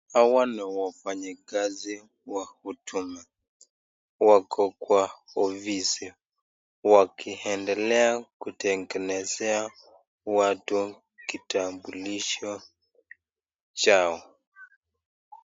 Hawa ndio wafanyakazi wa huduma. Wako kwa offisi wakiendelea kutengenezea watu kitambulisho chao.